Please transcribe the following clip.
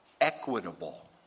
equitable